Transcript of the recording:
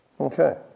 okay